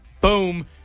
boom